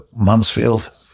Mansfield